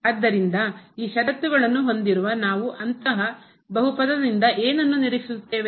ಆದ್ದರಿಂದ ಈ ಷರತ್ತುಗಳನ್ನು ಹೊಂದಿರುವ ನಾವು ಅಂತಹ ಬಹುಪದದಿಂದ ಏನನ್ನು ನಿರೀಕ್ಷಿಸುತ್ತೇವೆ